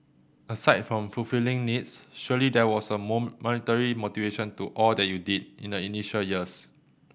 aside from fulfilling needs surely there was a monetary motivation to all that you did in the initial years